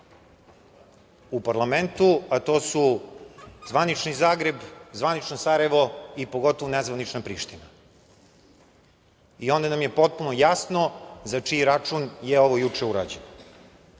u parlamentu, a to su zvanični Zagreb, zvanično Sarajevo i pogotovo nezvanična Priština i onda nam je potpuno jasno za čiji račun je ovo juče urađeno. Najviše